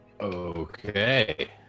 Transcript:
Okay